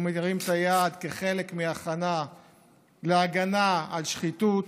והוא מרים את היד כחלק מהכנה להגנה על שחיתות.